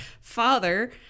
father